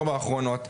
ארבע האחרונות,